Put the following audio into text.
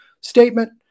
statement